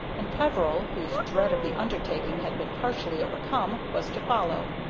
and peveril, whose dread of the undertaking had been partially overcome, was to follow.